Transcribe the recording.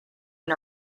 and